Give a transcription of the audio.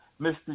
Mr